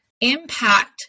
impact